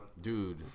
Dude